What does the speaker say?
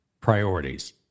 priorities